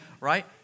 Right